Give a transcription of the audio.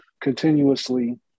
continuously